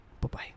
bye-bye